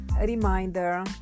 reminder